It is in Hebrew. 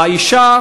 האישה